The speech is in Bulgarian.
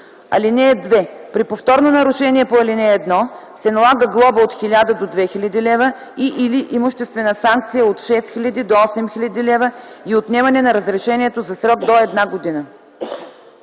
лв. (2) При повторно нарушение по ал. 1 се налага глоба от 1000 до 2000 лв. и/или имуществена санкция от 6000 до 8000 лв. и отнемане на разрешението за срок до една година.”